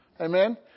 Amen